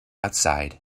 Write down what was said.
outside